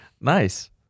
Nice